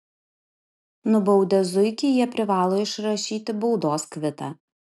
nubaudę zuikį jie privalo išrašyti baudos kvitą